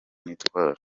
nitwara